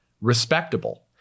respectable